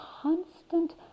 constant